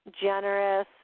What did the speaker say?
generous